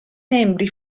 membri